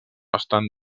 estan